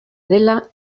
dela